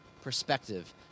perspective